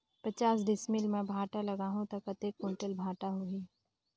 पचास डिसमिल मां भांटा लगाहूं ता कतेक कुंटल भांटा होही?